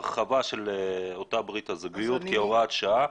הרחבה של אותה ברית זוגיות כהוראת שעה,